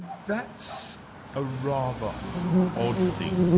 that's a rather odd thing,